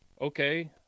okay